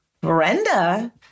Brenda